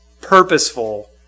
purposeful